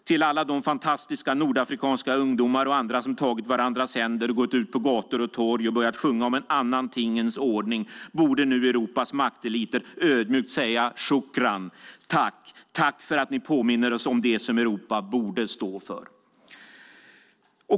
Till alla de fantastiska nordafrikanska ungdomar och andra som tagit varandras händer och gått ut på gator och torg och börjat sjunga om en annan tingens ordning borde nu Europas makteliter ödmjukt säga: Shukran, tack! Tack för att ni påminner oss om det som Europa borde stå för!